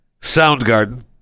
Soundgarden